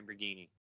Lamborghini